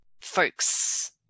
folks